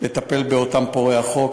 לטפל באותם פורעי חוק,